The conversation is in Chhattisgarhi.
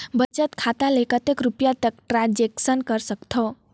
बचत खाता ले कतेक रुपिया तक ट्रांजेक्शन कर सकथव?